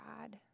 God